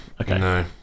okay